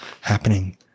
happening